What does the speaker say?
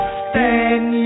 stand